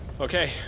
Okay